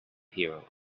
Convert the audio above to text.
hero